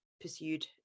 pursued